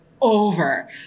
over